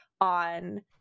on